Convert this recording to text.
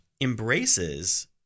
embraces